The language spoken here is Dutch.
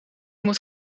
moet